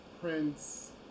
prince